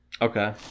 Okay